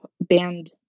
band